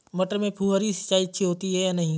मटर में फुहरी सिंचाई अच्छी होती है या नहीं?